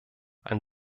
ein